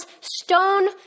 stone